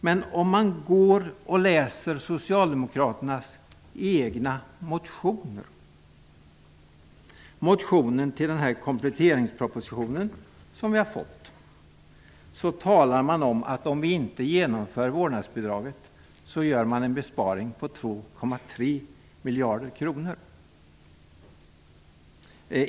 Men om man läser socialdemokraternas egen motion i anledning av kompletteringspropositionen talas det om en besparing på 2,3 miljarder, om man inte inför vårdnadsbidraget.